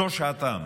זו שעתם.